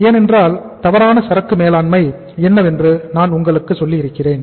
ஏனென்றால் தவறான சரக்கு மேலாண்மை என்னவென்று நான் உங்களுக்கு சொல்லியிருக்கிறேன்